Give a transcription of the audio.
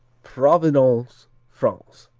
providence france